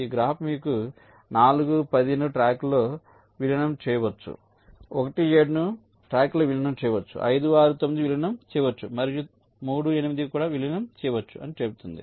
ఈ గ్రాఫ్ మీకు 4 10 ను ట్రాక్లో విలీనం చేయవచ్చు 1 7 ను ట్రాక్లో విలీనం చేయవచ్చు 5 6 9 విలీనం చేయవచ్చు మరియు 3 8 కూడా విలీనం చేయవచ్చు అని చెబుతుంది